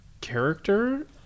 character